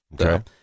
Okay